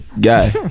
guy